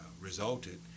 resulted